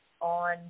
on